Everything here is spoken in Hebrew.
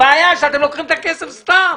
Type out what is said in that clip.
הבעיה היא שאתם לוקחים את הכסף סתם.